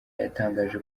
yatangaje